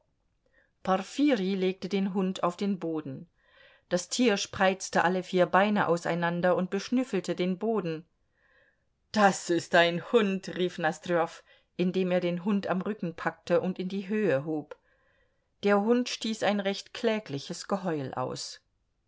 porfirij legte den hund auf den boden das tier spreizte alle vier beine auseinander und beschnüffelte den boden das ist ein hund rief nosdrjow indem er den hund am rücken packte und in die höhe hob der hund stieß ein recht klägliches geheul aus